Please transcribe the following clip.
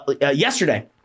yesterday